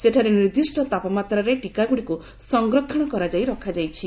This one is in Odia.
ସେଠାରେ ନିର୍ଦିଷ୍ଟ ତାପମାତ୍ରାରେ ଟିକାଗୁଡ଼ିକୁ ସଂରକ୍ଷଣ କରାଯାଇ ରଖାଯାଇଛି